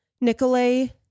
Nikolay